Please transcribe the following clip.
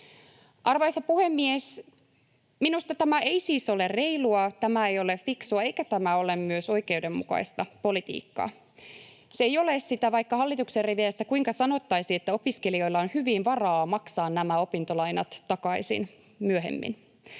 Arvoisa puhemies! Minusta tämä ei siis ole reilua, tämä ei ole fiksua, eikä tämä ole myöskään oikeudenmukaista politiikkaa. Se ei ole sitä, vaikka hallituksen riveistä kuinka sanottaisiin, että opiskelijoilla on hyvin varaa maksaa nämä opintolainat takaisin myöhemmin.